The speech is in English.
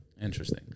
Interesting